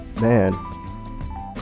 Man